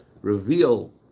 reveal